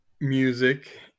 music